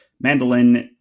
Mandolin